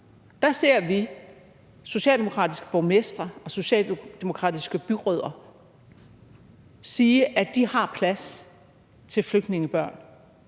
hører socialdemokratiske borgmestre og socialdemokratiske byrødder sige, at de har plads til flygtningebørn,